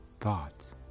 thoughts